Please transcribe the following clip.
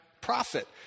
profit